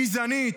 גזענית,